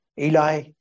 Eli